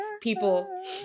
People